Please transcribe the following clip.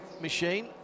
machine